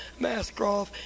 Mascroft